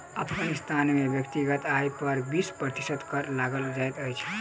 अफ़ग़ानिस्तान में व्यक्तिगत आय पर बीस प्रतिशत कर लगायल जाइत अछि